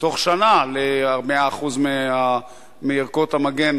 בתוך שנה ל-100% ערכות המגן?